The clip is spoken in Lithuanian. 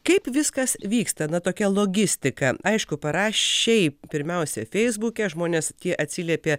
kaip viskas vyksta na tokia logistika aišku parašei pirmiausia feisbuke žmonės tie atsiliepė